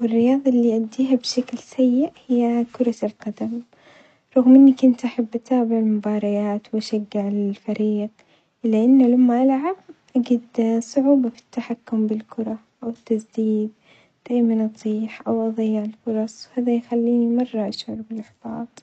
والرياظة اللي أؤديها بشكل سيء هي كرة القدم، رغم إني كنت أحب أتابع المباريات وأشجع الفريق إلا أن لما ألعب أجد صعوبة في التحكم بالكرة والتسديد دايمًا أطيح أو أضيع الفرص، فده يخليني مرة أشعر بالإحباط،